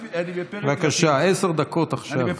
בבקשה, עשר דקות עכשיו.